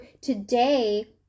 today